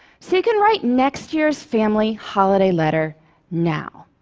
so you can write next year's family holiday letter now.